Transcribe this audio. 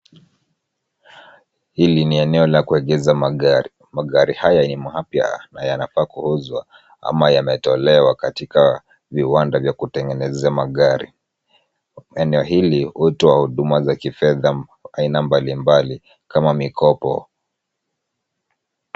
Hili ni eneo la kuegeza magari. Magara haya ni mapya yafaa kuuzwa ama yametolewa katika viwanda vya kutengeneza magari. Eneo hili hutoa huduma za kifedha ya aina mbalimbali kama mikopo.